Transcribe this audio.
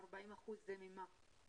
ה-40% זה ממה?